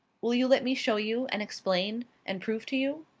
will you let me show you, and explain, and prove to you?